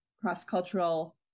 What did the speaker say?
cross-cultural